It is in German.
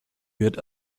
wird